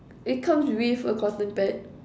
it comes with a cotton pad